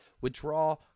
withdraw